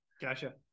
Gotcha